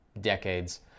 decades